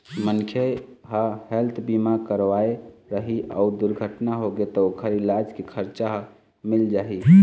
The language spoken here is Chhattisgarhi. मनखे ह हेल्थ बीमा करवाए रही अउ दुरघटना होगे त ओखर इलाज के खरचा ह मिल जाही